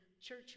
church